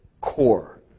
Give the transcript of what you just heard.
core